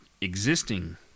existing